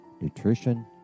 nutrition